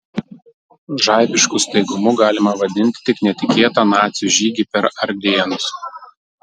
žaibišku staigumu galima vadinti tik netikėtą nacių žygį per ardėnus